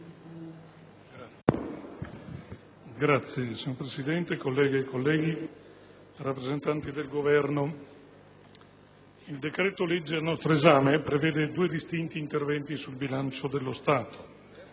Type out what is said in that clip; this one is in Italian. *relatore*. Signor Presidente, onorevoli colleghe e colleghi, rappresentanti del Governo, il decreto-legge al nostro esame dispone due distinti interventi sul bilancio dello Stato.